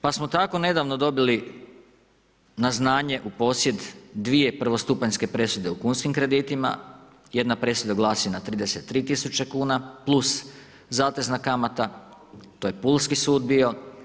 Pa smo tako nedavno dobili na znanje u posjed 2 prvostupanjske presude u kunskim kreditima, jedna presuda glasi na 33000 kuna, plus zatezna kamata, to je pulski sud bio.